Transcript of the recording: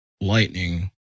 lightning